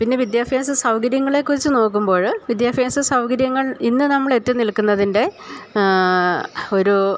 പിന്നെ വിദ്യാഭ്യാസ സൗകര്യങ്ങളെ കുറിച്ചു നോക്കുമ്പോള് വിദ്യാഭ്യാസ സൗകര്യങ്ങൾ ഇന്നു നമ്മളെത്തിനിൽക്കുന്നതിൻ്റെ ഒരു